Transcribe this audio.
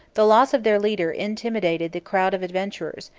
the loss of their leader intimidated the crowd of adventurers,